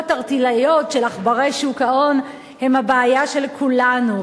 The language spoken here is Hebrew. ערטילאיות של עכברי שוק ההון הם הבעיה של כולנו,